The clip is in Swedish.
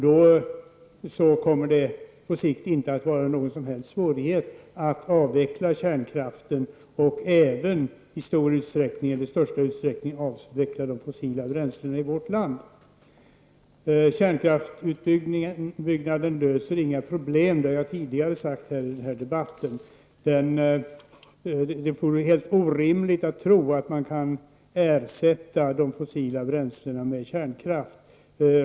Då skulle det på sikt inte vara någon som helst svårighet att avveckla kärnkraften och även i största utsträckning avveckla de fossila bränslena i vårt land. Kärnkraftsutbyggnaden löser inga problem. Det har jag sagt tidigare i denna debatt. Det vore helt orimligt att tro att man kan ersätta de fossila bränslen med kärnkraft.